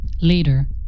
Later